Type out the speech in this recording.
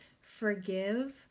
forgive